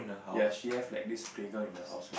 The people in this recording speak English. ya she have this like playground in her house